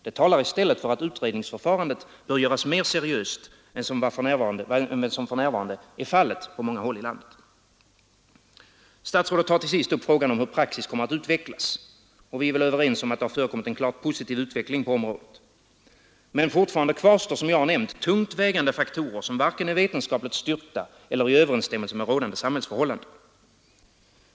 Det talar i stället för att utredningsförfarandet bör göras mer seriöst än som för närvarande är fallet på många håll i landet. Statsrådet tar till sist upp frågan om hur praxis kommer att utvecklas. Vi är överens om att det förekommit en klart positiv utveckling på området. Men alltjämt kvarstår som jag nämnt vägande faktorer som varken är vetenskapligt styrkta eller i överensstämmelse med rådande samhällsförhållanden.